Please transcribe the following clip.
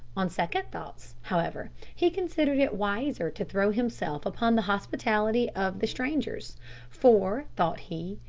on second thoughts, however, he considered it wiser to throw himself upon the hospitality of the strangers for, thought he,